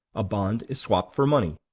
a bond is swapped for money.